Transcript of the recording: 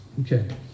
Okay